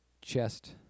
chest